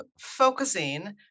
focusing